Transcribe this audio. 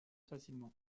facilement